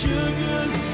Sugars